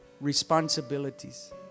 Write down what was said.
responsibilities